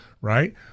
right